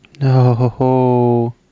No